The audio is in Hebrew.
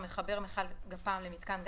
המחבר מכל גפ"מ למיתקן גז,